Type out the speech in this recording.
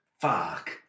Fuck